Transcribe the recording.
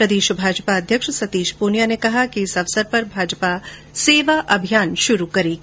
प्रदेश भाजपा अध्यक्ष सतीश पूनिया ने कहा कि इस अवसर पर भाजपा सेवा अभियान शुरू करेगी